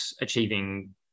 achieving